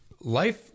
Life